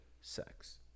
sex